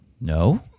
No